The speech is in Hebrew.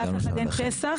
לאף אחד אין פסח.